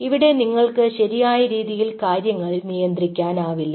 ഇവിടെ നിങ്ങൾക്ക് ശരിയായ രീതിയിൽ കാര്യങ്ങൾ നിയന്ത്രിക്കാനാവില്ല